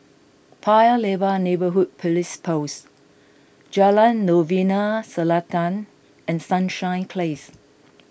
Paya Lebar Neighbourhood Police Post Jalan Novena Selatan and Sunshine Place